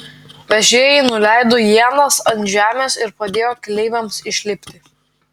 vežėjai nuleido ienas ant žemės ir padėjo keleiviams išlipti